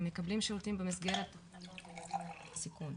הם מקבלים שירותים במסגרת התכנית לילדים בסיכון,